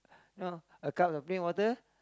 no a cup of plain water